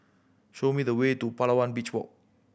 show me the way to Palawan Beach Walk